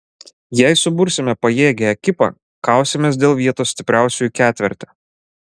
jei subursime pajėgią ekipą kausimės dėl vietos stipriausiųjų ketverte